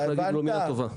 צריך להגיד לו מילה טובה.